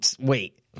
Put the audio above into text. wait